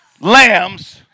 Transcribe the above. lambs